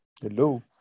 Hello